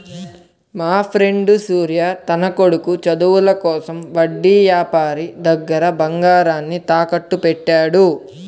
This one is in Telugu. మాఫ్రెండు సూర్య తన కొడుకు చదువుల కోసం వడ్డీ యాపారి దగ్గర బంగారాన్ని తాకట్టుబెట్టాడు